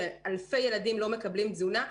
על כך שאלפי ילדים לא מקבלים תזונה.